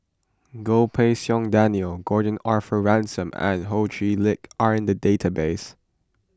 Goh Pei Siong Daniel Gordon Arthur Ransome and Ho Chee Lick are in the database